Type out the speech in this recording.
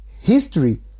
History